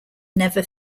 never